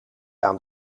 aan